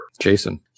Jason